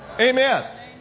Amen